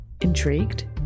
Intrigued